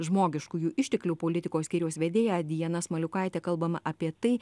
žmogiškųjų išteklių politikos skyriaus vedėja diana smaliukaitė kalbam apie tai